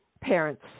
parents